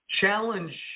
challenge